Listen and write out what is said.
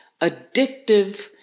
addictive